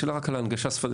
השאלה רק על ההנגשה השפתית.